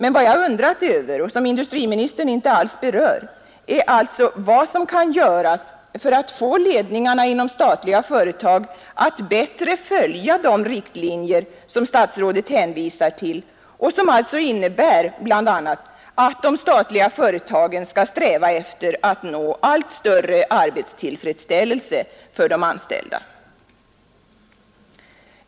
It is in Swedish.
Men vad jag undrar över — och som industriministern inte alls berörde — är vad som kan göras för att få ledningarna inom statliga företag att bättre följa de riktlinjer som statsrådet hänvisar till och som alltså innebär bl.a. att de statliga företagen skall sträva efter att nå allt större arbetstillfredsställelse för de anställda.